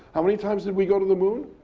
how many times did we go to the moon?